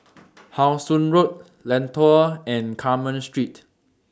How Sun Road Lentor and Carmen Street